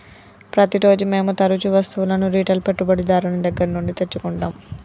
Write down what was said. ప్రతిరోజూ మేము తరుచూ వస్తువులను రిటైల్ పెట్టుబడిదారుని దగ్గర నుండి తెచ్చుకుంటం